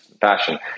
fashion